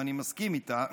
ואני מסכים איתה,